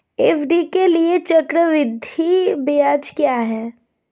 FD के लिए चक्रवृद्धि ब्याज क्या है?